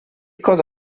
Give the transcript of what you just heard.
cosa